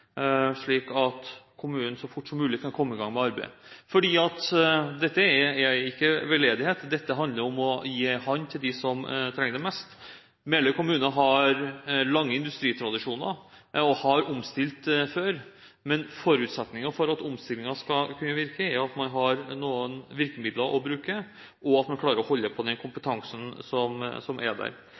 slik at kommunen så fort som mulig kan komme i gang med arbeidet. Dette er ikke veldedighet, dette handler om å gi en hand til dem som trenger det mest. Meløy kommune har lange industritradisjoner, og har omstilt før, men forutsetningen for at omstillingen skal kunne virke, er at man har noen virkemidler å bruke, og at man klarer å holde på den kompetansen som er der.